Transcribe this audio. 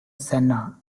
senna